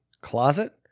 closet